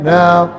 now